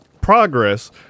progress